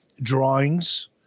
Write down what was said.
drawings